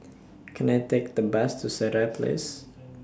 Can I Take The Bus to Sireh Place